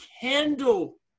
candle